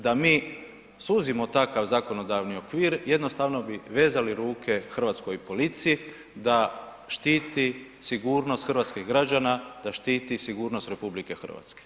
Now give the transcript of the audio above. Da mi suzimo takav zakonodavni okvir, jednostavno bi vezali ruke hrvatskoj policiji da štiti sigurnost hrvatskih građana, da štiti sigurnost RH.